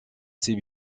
c’est